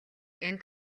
энэ